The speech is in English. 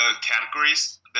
categories